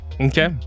Okay